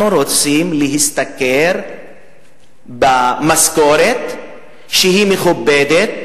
אנחנו רוצים להשתכר משכורת שהיא מכובדת,